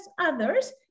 others